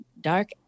dark